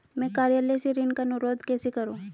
मैं कार्यालय से ऋण का अनुरोध कैसे करूँ?